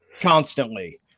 constantly